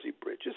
bridges